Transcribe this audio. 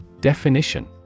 Definition